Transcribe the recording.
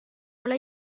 حالا